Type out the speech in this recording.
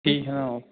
ठीक है आओ